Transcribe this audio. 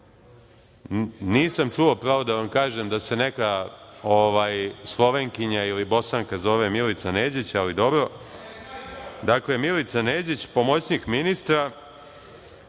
nisam čuo pravo da vam kažem da se neka Slovenka ili Bosanka zove Milica Neđić, ali dobro. dakle, Milica Neđić, pomoćnik ministra